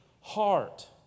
heart